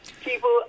People